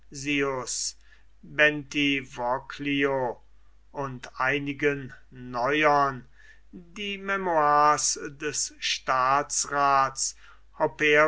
und einigen neuern die memoires des staatsraths